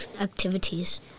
activities